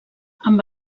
amb